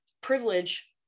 Privilege